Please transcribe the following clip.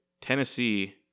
Tennessee